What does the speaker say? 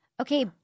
Okay